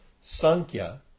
Sankhya